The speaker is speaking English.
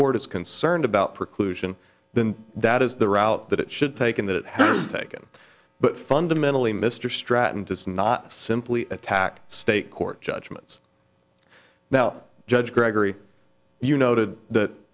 court is concerned about preclusion then that is the route that it should take in that it has taken but fundamentally mr stratton does not simply attack state court judgments now judge gregory you noted that